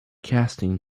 casting